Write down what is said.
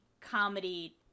comedy